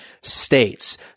states